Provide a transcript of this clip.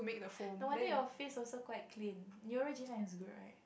no wonder your face also quite clean neurogen is good right